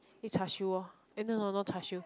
eat char-siew orh eh no no no not char-siew